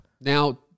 Now